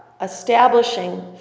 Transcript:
Establishing